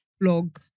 blog